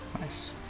Nice